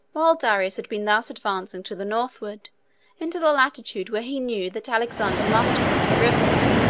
while darius had been thus advancing to the northward into the latitude where he knew that alexander must cross the rivers,